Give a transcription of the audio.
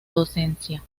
docencia